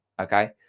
Okay